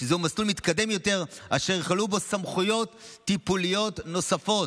שזהו מסלול מתקדם יותר אשר ייכללו בו סמכויות טיפוליות נוספות.